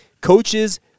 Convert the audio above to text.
coaches